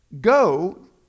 go